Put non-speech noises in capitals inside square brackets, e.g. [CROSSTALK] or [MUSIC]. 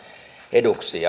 eduksi [UNINTELLIGIBLE]